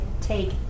take